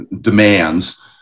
demands